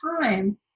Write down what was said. time